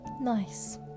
nice